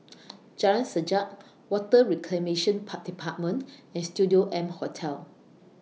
Jalan Sajak Water Reclamation Par department and Studio M Hotel